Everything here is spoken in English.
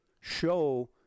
show